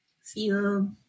feel